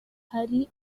hari